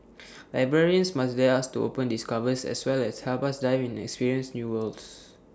librarians must dare us to open these covers as well as help us dive in and experience new worlds